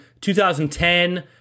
2010